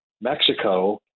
Mexico